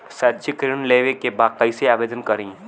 शैक्षिक ऋण लेवे के बा कईसे आवेदन करी?